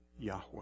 Yahweh